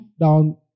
down